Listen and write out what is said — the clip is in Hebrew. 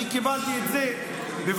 אני קיבלתי את זה, בוודאי,